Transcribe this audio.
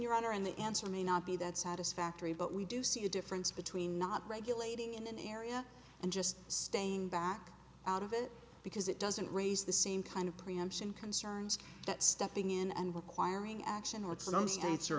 honor and the answer may not be that satisfactory but we do see a difference between not regulating an area and just staying back out of it because it doesn't raise the same kind of preemption concerns that stepping in and requiring action or